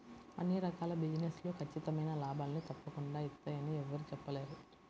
అన్ని రకాల బిజినెస్ లు ఖచ్చితమైన లాభాల్ని తప్పకుండా ఇత్తయ్యని యెవ్వరూ చెప్పలేరు